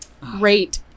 Great